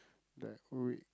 that whole week